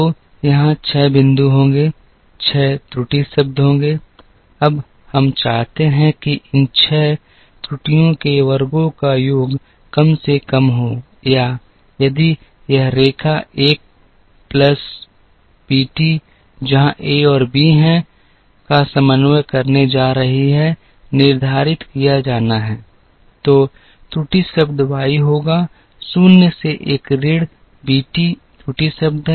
तो यहाँ 6 बिंदु होंगे 6 त्रुटि शब्द होंगे अब हम चाहते हैं कि इन 6 त्रुटियों के वर्गों का योग कम से कम हो या यदि यह रेखा एक प्लस बीटी जहां a और b हैं का समन्वय करने जा रही है निर्धारित किया जाना है तो त्रुटि शब्द वाई होगा शून्य से एक ऋण बीटी त्रुटि शब्द है